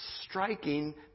striking